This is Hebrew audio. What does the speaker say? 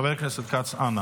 חבר הכנסת כץ, אנא,